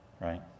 right